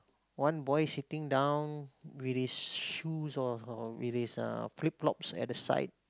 one boy sitting down with his shoes or or with his uh flip flops at the side